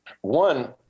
One